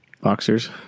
Boxers